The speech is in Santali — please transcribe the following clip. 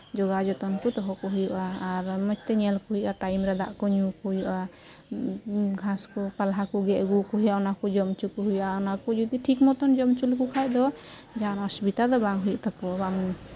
ᱡᱚᱜᱟᱣ ᱡᱚᱛᱚᱱ ᱛᱮ ᱫᱚᱦᱚ ᱠᱚ ᱦᱩᱭᱩᱜᱼᱟ ᱟᱨ ᱢᱚᱡᱽᱛᱮ ᱧᱮᱞ ᱠᱚ ᱦᱩᱭᱩᱜᱼᱟ ᱴᱟᱭᱤᱢ ᱨᱮ ᱫᱟᱜ ᱠᱚ ᱫᱩᱞ ᱟᱠᱚ ᱦᱩᱭᱩᱜᱼᱟ ᱜᱷᱟᱥ ᱠᱚ ᱯᱟᱞᱦᱟ ᱠᱚ ᱜᱮᱫ ᱟᱹᱜᱩ ᱠᱚ ᱦᱩᱭᱩᱜᱼᱟ ᱚᱱᱟ ᱠᱚ ᱡᱚᱢ ᱦᱚᱪᱚ ᱠᱚ ᱦᱩᱭᱩᱜᱼᱟ ᱚᱱᱟ ᱠᱚ ᱡᱚᱫᱤ ᱴᱷᱤᱠ ᱢᱚᱛᱚᱱ ᱡᱚᱢ ᱦᱚᱪᱚ ᱞᱮᱠᱚ ᱠᱷᱟᱡ ᱫᱚ ᱡᱟᱦᱟᱱ ᱚᱥᱚᱵᱤᱛᱟ ᱫᱚ ᱵᱟᱝ ᱦᱩᱭᱩᱜ ᱛᱟᱠᱚᱣᱟ ᱵᱟᱝ